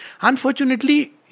Unfortunately